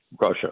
Russia